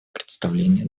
представление